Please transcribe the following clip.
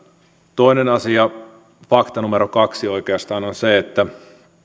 toinen asia fakta numero kahteen oikeastaan on se että